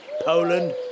Poland